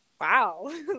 wow